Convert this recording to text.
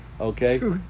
Okay